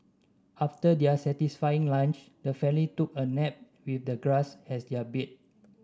after their satisfying lunch the family took a nap with the grass as their bed